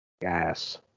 gas